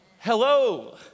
Hello